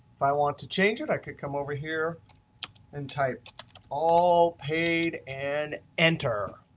if i want to change it, i could come over here and type all paid and enter.